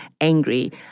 angry